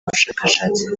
ubushakashatsi